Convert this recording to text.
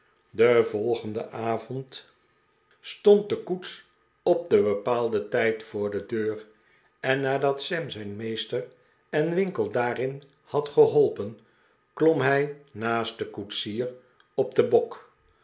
den volgenden avond stond de koets op den bepaalden tijd voor de deur en nadat sam zijn meester en winkle daarin had geholpen klom hij naast den koetsier op den bok